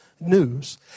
news